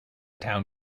town